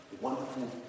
wonderful